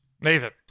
Nathan